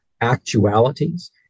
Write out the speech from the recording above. actualities